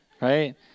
right